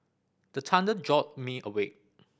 the thunder jolt me awake